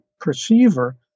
perceiver